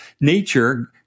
nature